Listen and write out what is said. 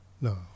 No